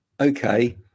okay